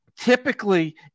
Typically